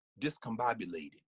discombobulated